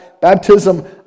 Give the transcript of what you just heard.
baptism